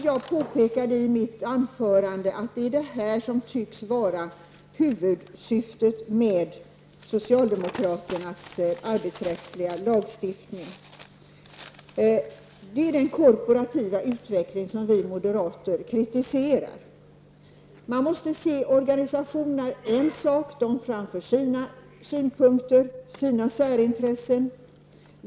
Jag påpekade i mitt anförande att det som tycks vara huvudsyftet med socialdemokraternas arbetsrättsliga lagstiftning är den korporativa utveckling som vi moderater kritiserar. Man måste se att organisationer framför sin syn och framhåller sina särintressen.